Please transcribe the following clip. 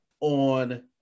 on